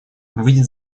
выйдет